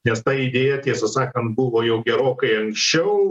nes ta idėja tiesą sakant buvo jau gerokai anksčiau